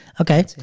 Okay